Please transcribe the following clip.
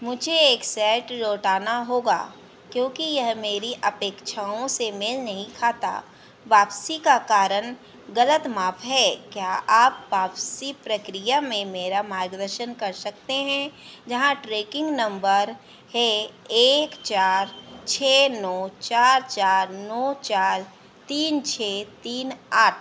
मुझे एक शर्ट लौटाना होगा क्योंकि यह मेरी अपेक्षाओं से मेल नहीं खाता वापसी का कारण गलत माप है क्या आप वापसी प्रक्रिया में मेरा मार्गदर्शन कर सकते हैं यहाँ ट्रैकिन्ग नम्बर है एक चार छह नौ चार चार नौ चार तीन छह तीन आठ